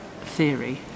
theory